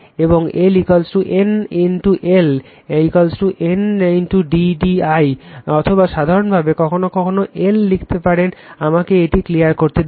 এবং L N L N d d i অথবা সাধারণভাবে কখনও কখনও L লিখতে পারেন আমাকে এটি ক্লিয়ার করতে দিন